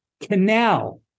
canal